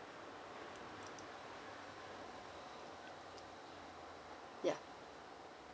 ya